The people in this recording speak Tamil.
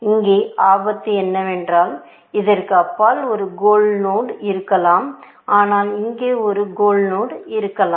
இங்கே ஆபத்து என்னவென்றால் இதற்கு அப்பால் ஒரு கோல் நோடு இருக்கலாம் ஆனால் இங்கே ஒரு கோல் நோடு இருக்கலாம்